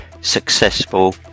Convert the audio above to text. successful